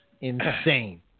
insane